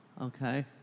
Okay